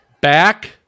back